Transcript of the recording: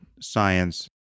science